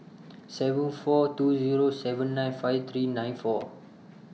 seven four two Zero seven nine five three nine four